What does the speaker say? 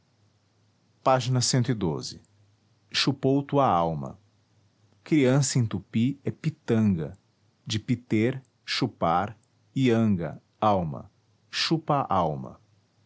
era a chupou tua alma criança em tupi é pitanga de piter chupar e anga alma chupa alma